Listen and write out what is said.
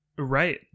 Right